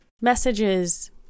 messages